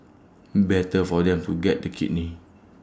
better for them to get the kidney